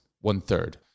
one-third